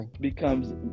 becomes